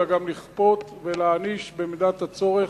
אלא גם לכפות ולהעניש במידת הצורך,